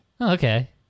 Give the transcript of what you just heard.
okay